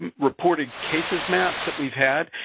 and reporting cases maps that we've had,